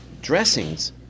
dressings